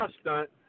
stunt